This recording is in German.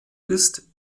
ist